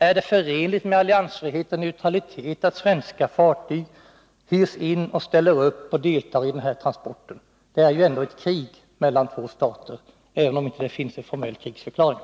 Är det förenligt med alliansfrihet och neutralitet att svenska fartyg ställer upp och deltar i den här transporten? Det är ju ett krig mellan två stater, även om det inte finns någon formell krigsförklaring.